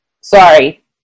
sorry